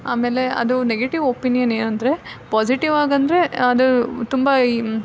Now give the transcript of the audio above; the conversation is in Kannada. ಆಮೇಲೆ ಅದು ನೆಗೆಟಿವ್ ಒಪಿನ್ಯನ್ ಏನಂದರೆ ಪಾಸಿಟಿವ್ ಆಗಿ ಅಂದರೆ ಅದು ತುಂಬ ಈ